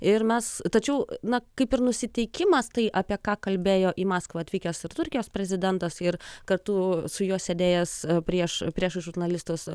ir mes tačiau na kaip ir nusiteikimas tai apie ką kalbėjo į maskvą atvykęs ir turkijos prezidentas ir kartu su juo sėdėjęs prieš priešais žurnalistus